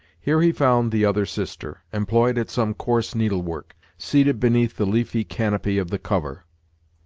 here he found the other sister, employed at some coarse needle-work, seated beneath the leafy canopy of the cover.